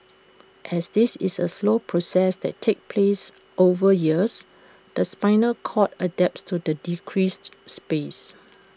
as this is A slow process that takes place over years the spinal cord adapts to the decreased space